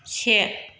से